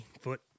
foot